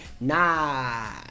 nah